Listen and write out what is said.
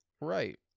right